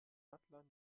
adler